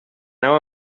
nau